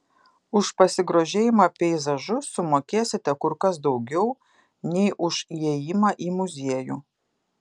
už pasigrožėjimą peizažu sumokėsite kur kas daugiau nei už įėjimą į muziejų